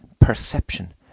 perception